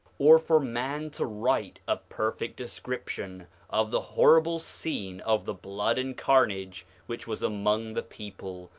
or for man to write a perfect description of the horrible scene of the blood and carnage which was among the people,